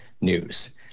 news